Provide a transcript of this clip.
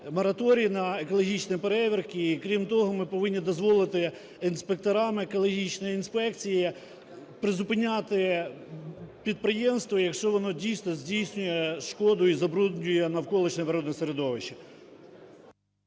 мораторій на екологічні перевірки. І, крім того, ми повинні дозволити інспекторам екологічної інспекції призупиняти підприємство, якщо воно дійсно здійснює шкоду і забруднює навколишнє природне середовище.